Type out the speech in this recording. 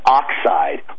oxide